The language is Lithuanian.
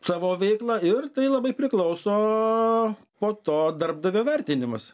savo veiklą ir tai labai priklauso po to darbdavio vertinimas